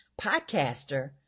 podcaster